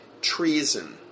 Treason